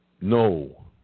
no